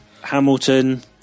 Hamilton